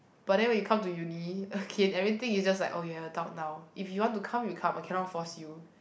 but then when you come to Uni okay everything is just like you are an adult now if you want to come you come I cannot force you